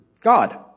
God